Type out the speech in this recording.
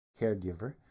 caregiver